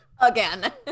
again